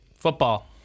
Football